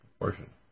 proportion